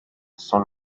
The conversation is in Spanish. son